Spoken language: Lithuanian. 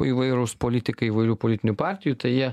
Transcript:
įvairūs politikai įvairių politinių partijų tai jie